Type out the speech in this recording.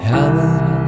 Helen